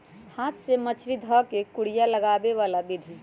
हाथ से मछरी ध कऽ कुरिया लगाबे बला विधि